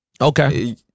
Okay